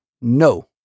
No